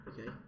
Okay